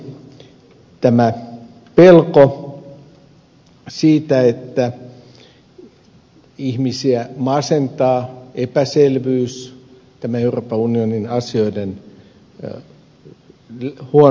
toivottavasti ei toteudu tämä pelko siitä että ihmisiä masentaa epäselvyys tämä euroopan unionin asioiden huono läpinäkyvyys ja se johtaa vähäiseen äänestykseen osallistumiseen